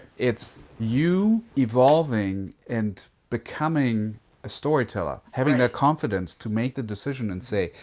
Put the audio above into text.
it's you evolving and becoming a storyteller, having that confidence to make the decision and say,